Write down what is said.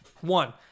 One